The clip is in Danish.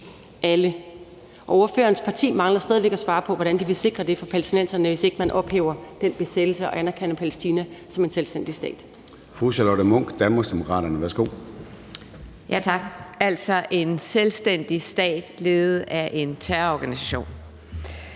alle. Ordførerens parti mangler stadig væk at svare på, hvordan de vil sikre det for palæstinenserne, hvis ikke man ophæver den besættelse og anerkender Palæstina som en selvstændig stat.